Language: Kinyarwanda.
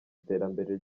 iterambere